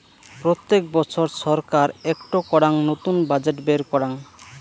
প্রত্যেক বছর ছরকার একটো করাং নতুন বাজেট বের করাং